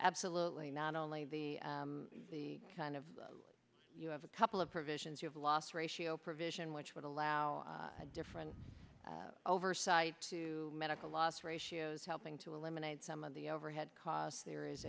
absolutely not only the the kind of you have a couple of provisions of loss ratio provision which would allow a different oversight to medical loss ratios helping to eliminate some of the overhead costs there is